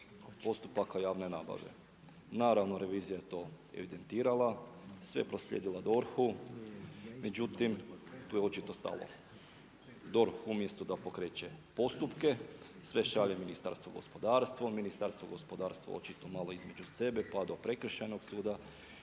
postupaka javne nabave. Naravno revizija je to evidentirala, sve proslijedila DORH-u. Međutim, tu je očito stalo. DORH umjesto da pokreće postupke, sve šalje Ministarstvu gospodarstva, Ministarstvo gospodarstva, očito tu malo između sebe, pa do prekršajnog suda